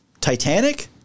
Titanic